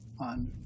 on